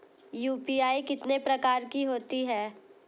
UPI कितने प्रकार की होती हैं?